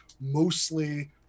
mostly